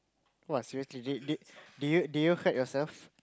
!wah! seriously did did did you did you hurt yourself